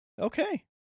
Okay